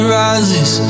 rises